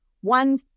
one